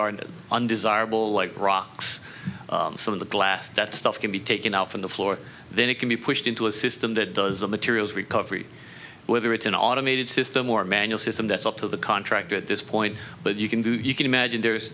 it undesirable like rocks some of the glass that stuff can be taken out from the floor then it can be pushed into a system that does the materials recovery whether it's an automated system or a manual system that's up to the contractor at this point but you can do you can imagine there's